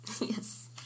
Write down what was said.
Yes